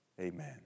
Amen